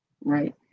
right